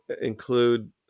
include